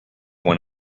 one